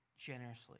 generously